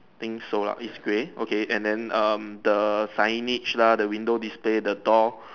think so lah is grey okay and then um the signage lah the window display the door